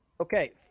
Okay